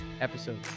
episode